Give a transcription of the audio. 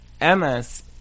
MS